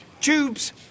tubes